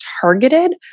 targeted